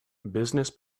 business